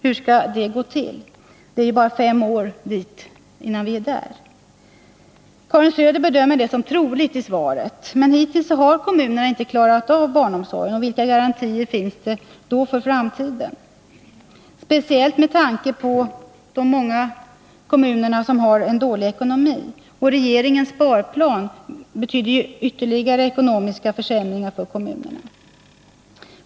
Hur skall det gå till? Det dröjer ju bara fem år innan vi är där. Karin Söder bedömer det i svaret som troligt att man skall kunna uppnå detta mål. Men hittills har kommunerna inte klarat av barnomsorgen. Vilka garantier finns det då för framtiden, speciellt med tanke på de många kommuner som har dålig ekonomi? Regeringens sparplan betyder ju ytterligare ekonomiska försämringar för kommunerna.